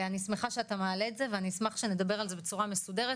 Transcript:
אני שמחה שאתה מעלה את זה ואני אשמח שנדבר על זה בצורה מסודרת.